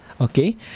okay